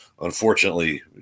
unfortunately